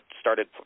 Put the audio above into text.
started